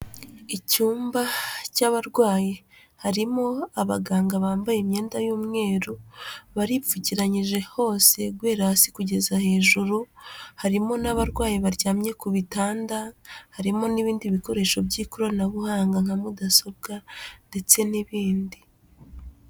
Icyumba cy'abarwayi harimo abaganga bambaye imyenda y'umweru, baripfukiranyije hose guhera hasi kugeza hejuru, harimo n'abarwayi baryamye ku bitanda, harimo n'ibindi bikoresho by'ikoranabuhanga nka mudasobwa ndetse n'ibindi.